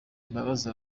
imbabazi